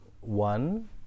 one